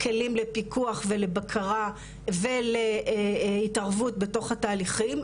כלים לפיקוח ולבקרה ולהתערבות בתוך התהליכים.